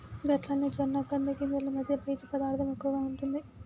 గట్లనే జొన్న కంది గింజలు మధ్య పీచు పదార్థం ఎక్కువగా ఉంటుంది